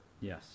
yes